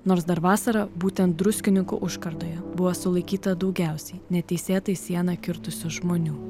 nors dar vasarą būtent druskininkų užkardoje buvo sulaikyta daugiausiai neteisėtai sieną kirtusių žmonių